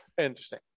Interesting